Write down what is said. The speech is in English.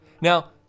Now